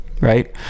right